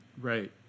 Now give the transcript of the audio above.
Right